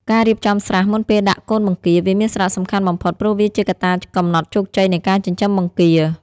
ការរៀបចំស្រះមុនពេលដាក់កូនបង្គា វាមានសារៈសំខាន់បំផុត ព្រោះវាជាកត្តាកំណត់ជោគជ័យនៃការចិញ្ចឹមបង្គា។